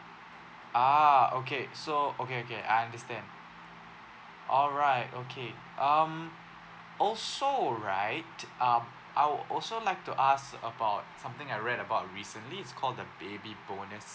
ah okay so okay okay I understand alright okay um also right um I also like to ask about something I read about recently it's call the baby bonus